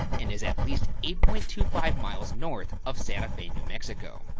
and is at least eight point two five miles north of santa fe, new mexico.